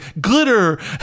glitter